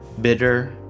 bitter